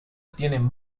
tienen